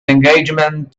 engagement